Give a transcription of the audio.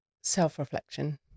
Self-reflection